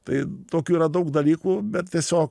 tai tokių yra daug dalykų bet tiesiog